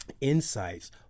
insights